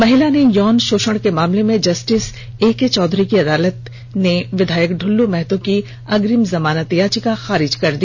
महिला से यौन शोषण के मामले में जस्टिस एके चौधरी की अदालत ने विधायक दुल्लू महतो की अग्रिम जमानत याचिका को खारिज कर दिया